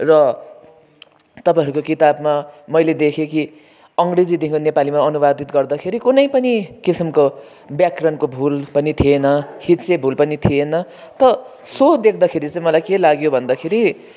र तपाईँहरूको किताबमा मैले देखेँ कि अङ्ग्रेजीदेखि नेपालीमा अनुवादित गर्दाखेरि कुनै पनि किसिमको व्याकरणको भुल पनि थिएन हिज्जे भुल पनि थिएन त यसो देख्दाखेरि चाहिँ मलाई के लाग्यो भन्दाखेरि